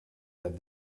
that